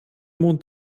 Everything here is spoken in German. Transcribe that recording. mond